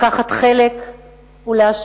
לקחת חלק ולהשפיע,